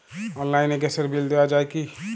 অনলাইনে গ্যাসের বিল দেওয়া যায় কি?